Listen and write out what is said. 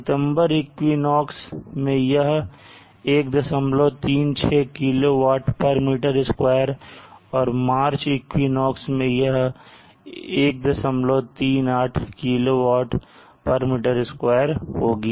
सितंबर equinox मैं यह 136 kWm2 और मार्च ईक्वनाक्स में यह 138 kWm2 होगी